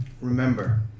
Remember